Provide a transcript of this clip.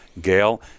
Gail